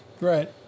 right